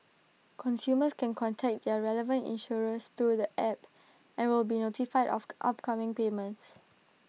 consumers can contact their relevant insurers through the app and will be notified of upcoming payments